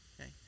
okay